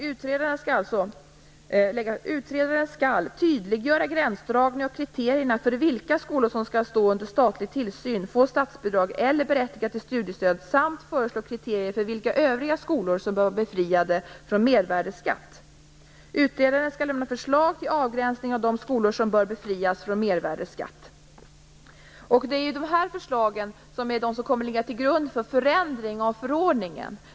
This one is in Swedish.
Utredaren skall tydliggöra gränsdragning av kriterierna för vilka skolor som skall stå under statlig tillsyn, få statsbidrag eller vara berättigade till studiestöd samt föreslå kriterier för vilka övriga skolor som bör vara befriade från mervärdesskatt. Utredaren skall lämna förslag till avgränsning av de skolor som bör befrias från mervärdesskatt. Det är dessa förslag som kommer att ligga till grund för förändringar av förordningen.